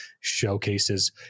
showcases